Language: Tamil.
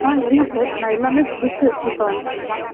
ஆ எல்லாம் நான் எல்லாம் புதுசு இப்போ வந்தது தான்